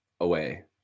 away